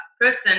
person